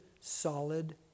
solid